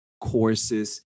courses